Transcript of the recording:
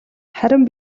харин